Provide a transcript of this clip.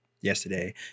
yesterday